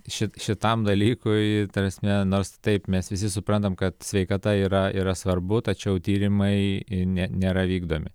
šit šitam dalykui ta prasme nors taip mes visi suprantam kad sveikata yra yra svarbu tačiau tyrimai nėra vykdomi